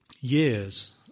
years